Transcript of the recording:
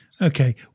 Okay